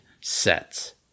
sets